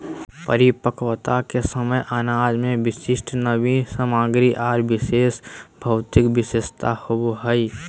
परिपक्वता के समय अनाज में विशिष्ट नमी सामग्री आर विशेष भौतिक विशेषता होबो हइ